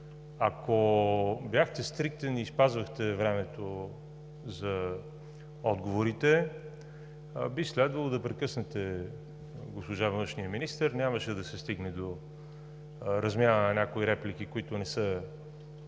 Ако бяхте стриктен и спазвахте времето за отговорите, би следвало да прекъснете госпожа външния министър. Нямаше да се стигне до размяна на някои реплики, които не би